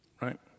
Right